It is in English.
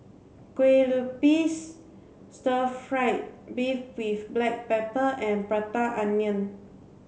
Kue Lupis stir fried beef with black pepper and prata onion